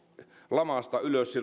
lamasta ylös